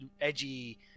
edgy